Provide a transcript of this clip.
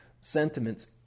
sentiments